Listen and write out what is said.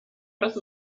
lass